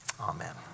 amen